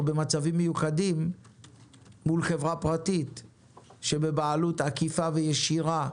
במקום להבין שהבעיה בענף התיירות היא בעיה רוחבית.